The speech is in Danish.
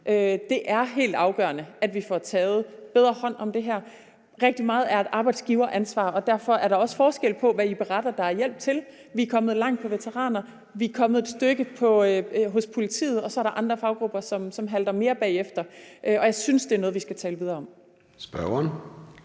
Det er helt afgørende, at vi får taget bedre hånd om det her. Rigtig meget er et arbejdsgiveransvar, og derfor er der også forskel på, hvad I beretter der er hjælp til. Vi er kommet langt i forhold til veteraner, vi er kommet et stykke hos politiet, og så er der andre faggrupper, som halter mere bagefter, og jeg synes, det er noget, vi skal tale videre om.